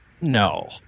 no